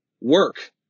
work